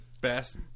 Best